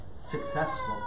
successful